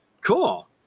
Cool